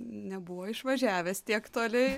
nebuvo išvažiavęs tiek toli